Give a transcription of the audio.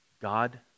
God